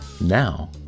Now